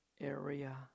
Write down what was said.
area